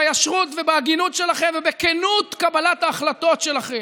בישרות ובהגינות שלכם ובכנות קבלת ההחלטות שלכם.